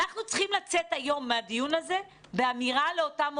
אנחנו צריכים לצאת היום מהדיון הזה באמירה לאותם הורים.